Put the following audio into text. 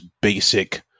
basic